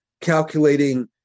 calculating